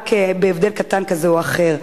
רק בהבדל קטן כזה או אחר.